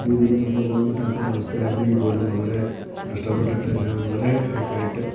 രീതിയിലും നടന്ന് പോവാൻ പറ്റാത്ത ഒരു അവസ്ഥ ആയിരുന്നെങ്കിൽ പോലും വളരെ കഷ്ടപ്പെട്ടിട്ട് ഞാൻ വളരെ ഹൈക്ക് ആയിട്ട്